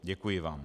Děkuji vám.